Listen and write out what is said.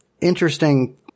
interesting